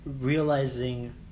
realizing